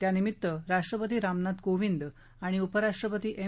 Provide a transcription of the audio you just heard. त्यानिमित्त राष्ट्रपती रामनाथ कोविंद आणि उपराष्ट्रपती एम